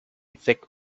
thick